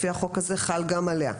לפי החוק הזה חל גם עליה,